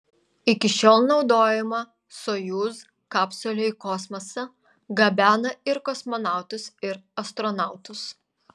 iki šiol naudojama sojuz kapsulė į kosmosą gabena ir kosmonautus ir astronautus